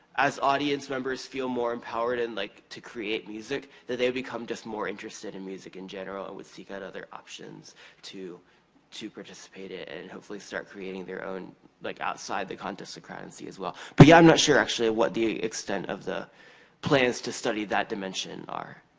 as audience members feel more empowered and like to create music, that they would become just more interested in music in general, and would seek out other options to to participate, ah and hopefully start creating their own like outside the context of crowd in c as well. but yeah, i'm not sure, actually, what the extent of the plans to study that dimension are.